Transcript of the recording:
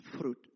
fruit